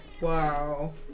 Wow